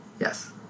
Yes